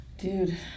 dude